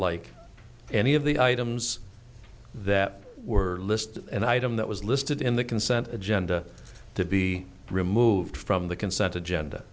like any of the items that were listed an item that was listed in the consent agenda to be removed from the consent agenda